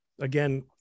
again